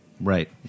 Right